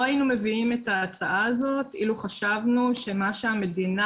לא היינו מביאים את ההצעה הזאת אילו חשבנו שמה שהמדינה